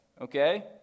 okay